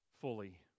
fully